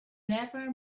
never